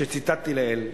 שציטטתי לעיל,